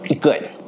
Good